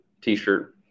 T-shirt